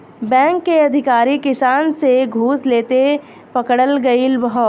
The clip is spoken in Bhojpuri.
बैंक के अधिकारी किसान से घूस लेते पकड़ल गइल ह